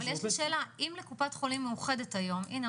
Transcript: אבל יש לי שאלה: אם לקופת חולים מאוחדת היום - הנה,